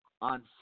on